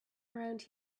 around